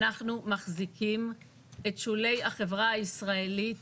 אנחנו מחזיקים את שולי החברה הישראלית,